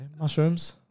Mushrooms